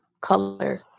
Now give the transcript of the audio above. color